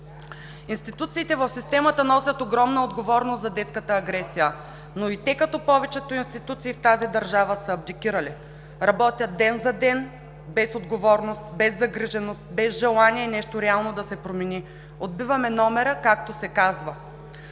Институциите в системата носят огромна отговорност за детската агресия, но и те като повечето институции в тази държава са абдикирали. Работят ден за ден, без отговорност, без загриженост, без желание нещо реално да се промени – отбиваме номера, както се казва.